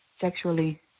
sexually